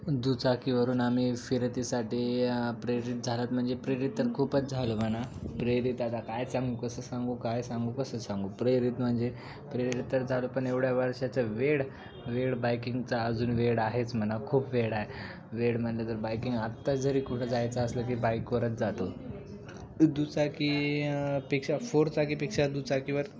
दुचाकीवरून आम्हीही फिरतीसाठी प्रेरित झालात म्हणजे प्रेरित खूपच झालं म्हणा प्रेरित आता काय सांगू कसं सांगू काय सांगू कसं सांगू प्रेरित म्हणजे प्रेरित तर झालं पण एवढ्या वर्षाचा वेड वेड बायकिंगचा अजून वेड आहेच म्हणा खूप वेड आहे वेड म्हटलं तर बाईकिंग आता जरी कुठं जायचं असलं की बाईकवरच जातो दुचाकीपेक्षा फोरचाकीपेक्षा दुचाकीवर